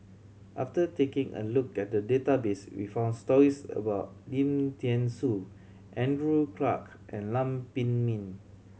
after taking a look at the database we found stories about Lim Thean Soo Andrew Clarke and Lam Pin Min